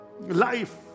life